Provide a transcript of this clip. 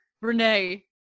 Renee